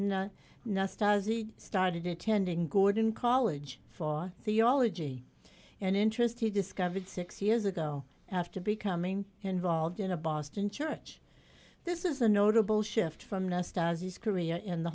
as he started attending gordon college for theology and interest he discovered six years ago after becoming involved in a boston church this is a notable shift from